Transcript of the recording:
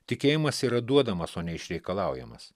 tikėjimas yra duodamas o ne išreikalaujamas